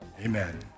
Amen